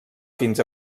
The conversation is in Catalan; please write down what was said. fins